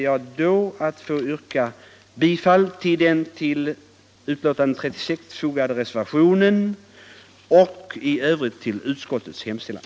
Jag ber att få yrka bifall till den till betänkandet nr 36 fogade reservationen och i övrigt till utskottets hemställan.